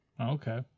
okay